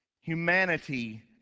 humanity